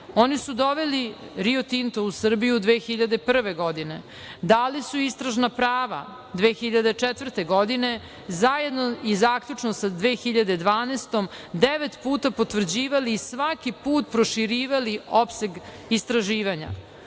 oni su doveli Rio Tinto u Srbiju 2001. godine, dali su istražna prava 2004. godine i zaključno sa 2012. godinom devet puta potvrđivali i svaki put proširivali opseg istraživanja.